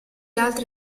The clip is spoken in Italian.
altri